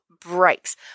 breaks